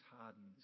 hardens